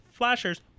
flashers